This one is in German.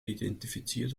identifiziert